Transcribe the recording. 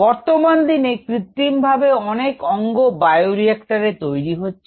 বর্তমান দিনে কৃত্রিমভাবে অনেক অঙ্গ বায়োরিক্টরএ তৈরি হচ্ছে